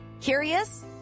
Curious